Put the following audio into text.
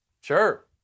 sure